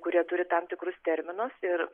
kurie turi tam tikrus terminus ir